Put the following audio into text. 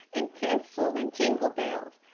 and tinsel! and jingle-bells.